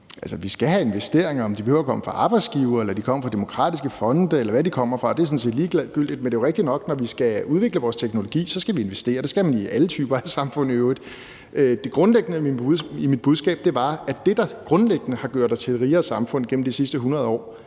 (EL): Vi skal have investeringer, men om de kommer fra arbejdsgivere, eller om de kommer fra demokratiske fonde, eller hvor de kommer fra, er sådan set ligegyldigt. Men det er rigtigt nok, at når vi skal udvikle vores teknologi, skal vi investere, og det skal man i alle typer af samfund i øvrigt. Det grundlæggende i mit budskab var, at det, der grundlæggende har gjort os til et rigere samfund gennem de sidste 100 år,